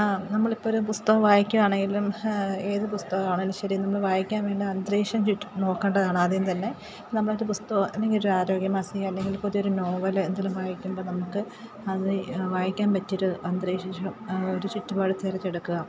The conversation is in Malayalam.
നമ്മളിപ്പോള് ഒരു പുസ്തകം വായിക്കുകയാണെങ്കിലും ഏത് പുസ്തകമാണെങ്കിലും ശരി നമ്മള് വായിക്കാൻ വേണ്ട അന്തരീക്ഷം ചുറ്റും നോക്കണ്ടതാണ് ആദ്യം തന്നെ നമ്മളുടെ പുസ്തകമോ അല്ലെങ്കില് ഒരു ആരോഗ്യമാസിക അല്ലെങ്കിൽ പുതിയൊരു നോവല് എന്തെങ്കിലും വായിക്കുമ്പോള് നമുക്ക് അത് വായിക്കാന് പറ്റിയൊരു അന്തരീക്ഷം ഒരു ചുറ്റുപാട് തെരഞ്ഞെടുക്കുക